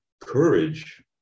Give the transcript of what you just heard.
courage